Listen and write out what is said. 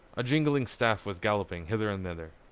a jingling staff was galloping hither and thither.